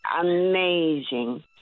amazing